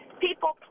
people